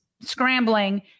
scrambling